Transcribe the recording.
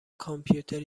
کامپیوتر